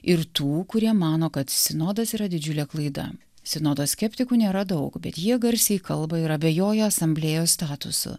ir tų kurie mano kad sinodas yra didžiulė klaida sinodo skeptikų nėra daug bet jie garsiai kalba ir abejoja asamblėjos statusu